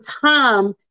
time